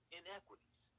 inequities